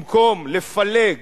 במקום לפלג,